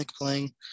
playing